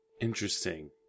Interesting